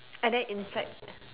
and then inside